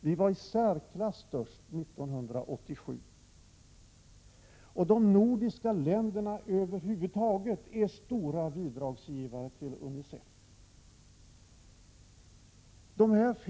Vi var i särklass störst 1987. De nordiska länderna över huvud taget är stora bidragsgivare när det gäller UNICEF.